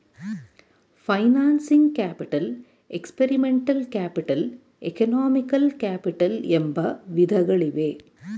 financing capital, experimental capital, economical capital ಎಂಬ ವಿಧಗಳಿವೆ